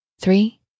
three